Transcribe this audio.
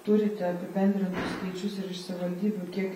turite apibendrintus skaičius ir iš savivaldybių kiek